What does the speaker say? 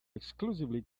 exclusively